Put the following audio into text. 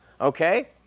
Okay